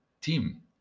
team